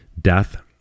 death